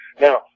Now